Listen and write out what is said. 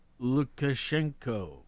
Lukashenko